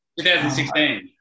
2016